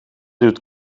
doet